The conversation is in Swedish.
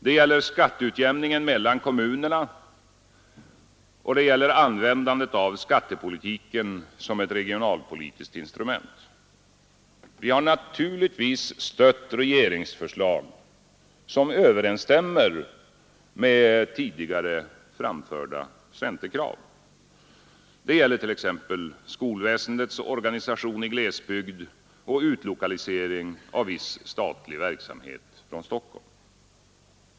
Det gäller skatteutjämningen mellan kommunerna, och det gäller användandet av skattepolitiken som ett regionalpolitiskt instrument. Vi har naturligtvis stött regeringsförslag som överensstämmer med tidigare framförda centerkrav. Det gäller t.ex. skolväsendets organisation i glesbygd och utlokalisering av viss statlig verksamhet från Stockholm.